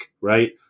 right